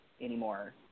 anymore